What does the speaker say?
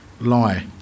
lie